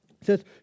says